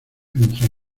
entre